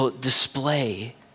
display